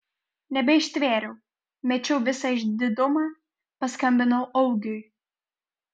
nebeištvėriau mečiau visą išdidumą paskambinau augiui